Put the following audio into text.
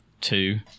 Two